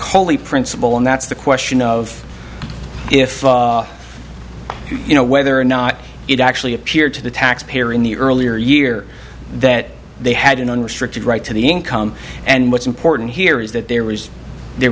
cully principle and that's the question of if you know whether or not it actually appeared to the taxpayer in the earlier year that they had an unrestricted right to the income and what's important here is that there was there